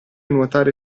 nuotare